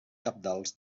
cabdals